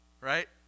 Right